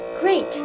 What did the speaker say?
Great